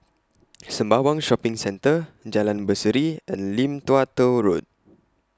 Sembawang Shopping Centre Jalan Berseri and Lim Tua Tow Road